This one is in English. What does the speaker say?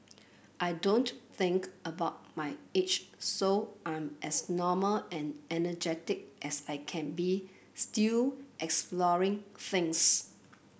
I don't think about my age so I'm as normal and energetic as I can be still exploring things